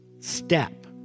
step